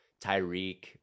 Tyreek